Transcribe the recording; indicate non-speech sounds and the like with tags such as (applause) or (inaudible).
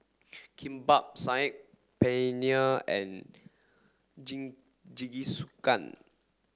Kimbap Saag Paneer and (unintelligible) Jingisukan